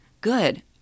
good